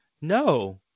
No